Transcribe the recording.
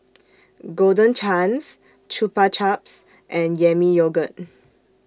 Golden Chance Chupa Chups and Yami Yogurt